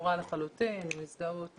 סגורה לחלוטין, עם הזדהות